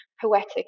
poetic